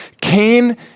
Cain